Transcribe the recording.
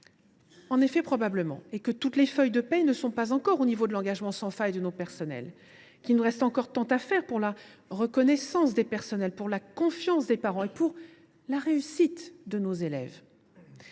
C’est probablement vrai. Toutes les feuilles de paie ne sont pas encore au niveau de l’engagement sans faille de nos personnels. Il nous reste encore tant à faire pour la reconnaissance des personnels, pour la confiance des parents et pour la réussite de nos élèves.